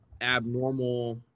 abnormal